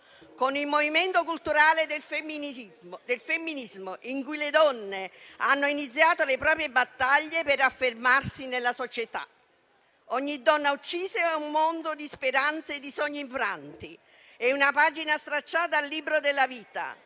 con il movimento culturale del femminismo, quando le donne hanno iniziato le proprie battaglie per affermarsi nella società. Ogni donna uccisa è un mondo di speranze e di sogni infranti. È una pagina stracciata al libro della vita,